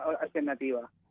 alternativa